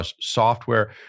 software